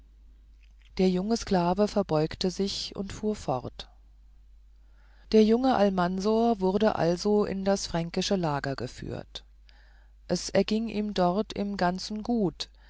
der junge sklave verbeugte sich und fuhr fort der junge almansor wurde also in das fränkische lager geführt es erging ihm dort im ganzen gut